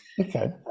Okay